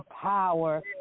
power